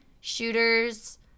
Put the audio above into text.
shooters